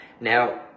Now